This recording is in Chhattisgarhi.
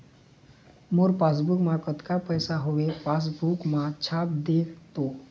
मोर पासबुक मा कतका पैसा हवे पासबुक मा छाप देव तो?